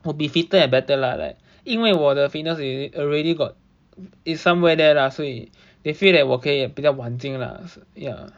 would be fitter and better lah like 因为我的 fitness 已经 already got it is somewhere there lah 所以 they feel that 我可以也比较晚近啦 ya